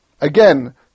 Again